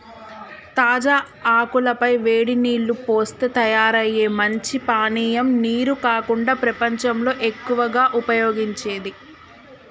తాజా ఆకుల పై వేడి నీల్లు పోస్తే తయారయ్యే మంచి పానీయం నీరు కాకుండా ప్రపంచంలో ఎక్కువగా ఉపయోగించేది